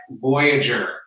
Voyager